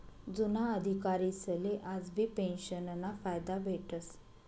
जुना अधिकारीसले आजबी पेंशनना फायदा भेटस